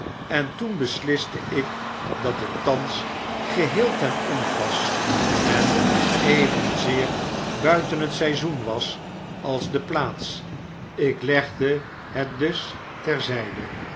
en toen besliste ik dat het thans geheel ten onpas en evenzeer buiten het seizoen was als de plaats ik legde het dus